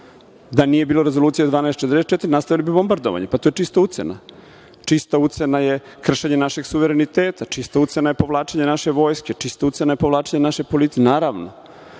Da nije bilo Rezolucije 1244 nastavili bi bombardovanje. To je čista ucena. Čista ucena je kršenje našeg suvereniteta. Čista ucena je povlačenje naše vojske. Čista ucena je povlačenje naše policije, naravno.